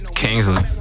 Kingsley